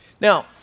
Now